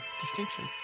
distinction